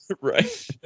Right